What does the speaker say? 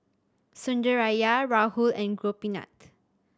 Sundaraiah Rahul and Gopinath